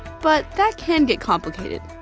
but that can get complicated.